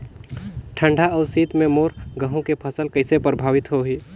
ठंडा अउ शीत मे मोर गहूं के फसल कइसे प्रभावित होही?